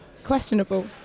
questionable